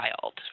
child